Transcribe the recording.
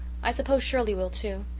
i suppose shirley will, too.